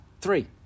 three